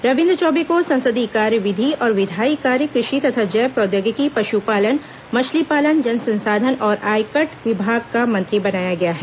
रविन्द्र चौबे को संसदीय कार्य विधि और विधायी कार्य कृषि तथा जैव प्रौद्योगिकी पशुपालन मछलीपालन जल संसाधन और आयकट विभाग का मंत्री बनाया गया है